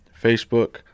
Facebook